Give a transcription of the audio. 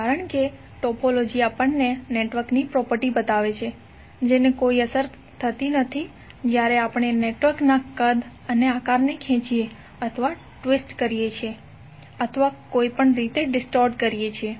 કારણ કે ટોપોલોજી આપણને નેટવર્કની પ્રોપર્ટી બતાવે છે જેને કોઇ અસર થતી નથી જ્યારે આપણે નેટવર્કના કદ અને આકારને ખેંચીએ છીએ ટ્વિસ્ટ કરીએ છીએ અથવા ડિસ્ટોર્ટ કરીએ છીએ